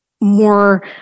more